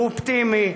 הוא אופטימי,